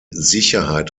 sicherheit